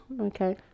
Okay